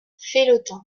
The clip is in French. felletin